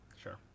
sure